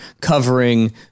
covering